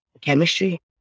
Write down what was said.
chemistry